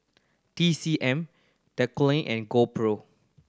T C M Dequadin and GoPro